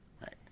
Right